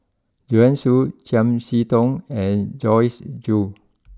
Joanne Soo Chiam see Tong and Joyce Jue